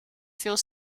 veel